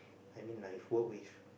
I mean like if work with